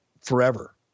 forever